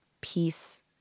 peace